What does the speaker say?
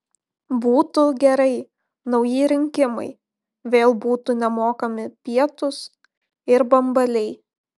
būtų gerai nauji rinkimai vėl būtų nemokami pietūs ir bambaliai